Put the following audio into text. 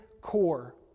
core